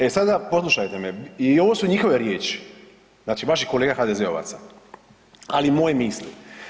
E sada poslušajte me i ovo su njihove riječi znači vaših kolega HDZ-ovaca, ali moje misli.